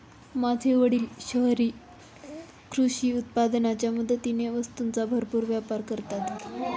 माझे वडील शहरी कृषी उत्पादनाच्या मदतीने वस्तूंचा भरपूर व्यापार करतात